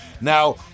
Now